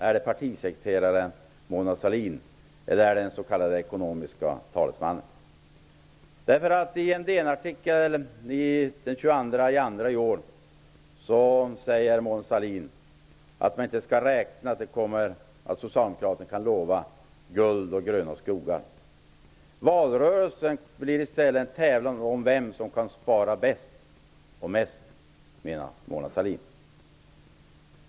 Är det partisekreteraren Mona Sahlin eller är det den s.k. I en artikel i DN den 22 februari i år sade Mona Sahlin att man inte skall räkna med att Socialdemokraterna kan lova guld och gröna skogar. Valrörelsen blir i stället en tävlan om vem som kan spara bäst och mest, menade Mona Sahlin.